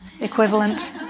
equivalent